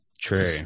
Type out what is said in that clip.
True